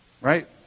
right